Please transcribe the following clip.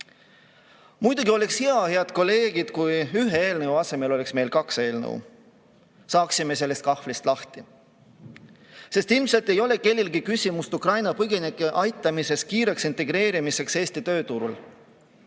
oleks hea, head kolleegid, kui ühe eelnõu asemel oleks meil kaks eelnõu. Saaksime sellest kahvlist lahti. Sest ilmselt ei ole kellelgi küsimust Ukraina põgenike aitamises kiireks integreerumiseks Eesti tööturule.